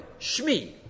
Shmi